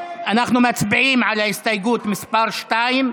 מצביעים על הסתייגות מס' 2,